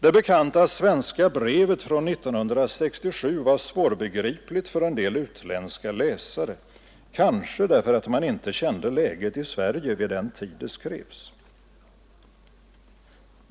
Det bekanta svenska brevet från 1967 var svårbegripligt för en del utländska läsare, kanske därför att man inte kände läget i Sverige vid den tid det skrevs.